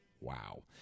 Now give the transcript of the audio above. wow